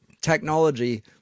Technology